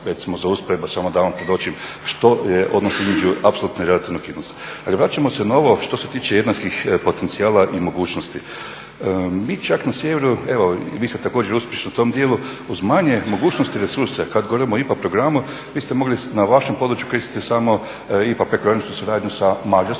Recimo za usporedbu samo da vam predočim što je odnos između apsolutnog i relativnog iznosa. Ali vraćamo se na ovo što se tiče jednakih potencijala i mogućnosti. Mi čak na sjeveru, evo i vi ste također uspješno u tom dijelu, uz manje mogućnosti resurse kad govorimo o IPA programu vi ste mogli na vašem području koristiti samo IPA prekograničnu suradnju sa Mađarskom,